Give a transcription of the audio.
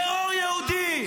טרור יהודי.